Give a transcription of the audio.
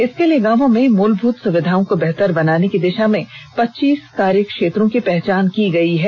इसके लिए गांवों में मूलभूत सुविधाओं को बेहतर बनाने की दिषा में पच्चीस कार्य क्षेत्रों की पहचान की गई है